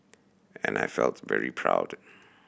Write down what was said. and I felt very proud